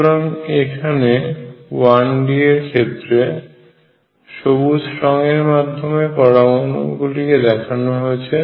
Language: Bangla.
সুতরাং এখানে 1D এর ক্ষেত্রে সবুজ রং এর মাধ্যমে পরমাণু গুলিকে দেখানো হয়েছে